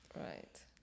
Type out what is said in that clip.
Right